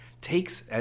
takes